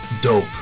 dope